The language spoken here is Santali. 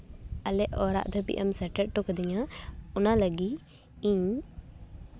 ᱟᱞᱮ ᱚᱲᱟᱜ ᱫᱷᱟᱹᱵᱤᱡ ᱮᱢ ᱥᱮᱴᱮᱨ ᱦᱚᱴᱚ ᱠᱟᱹᱫᱤᱧᱟᱹ ᱚᱱᱟ ᱞᱟᱹᱜᱤᱫ ᱤᱧ